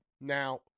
Now